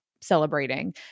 celebrating